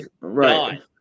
Right